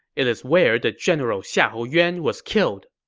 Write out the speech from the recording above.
it's where the general xiahou yuan was killed.